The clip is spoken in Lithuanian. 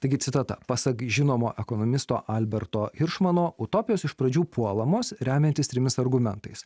taigi citata pasak žinomo ekonomisto alberto iršmano utopijos iš pradžių puolamos remiantis trimis argumentais